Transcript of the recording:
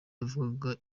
yavugaga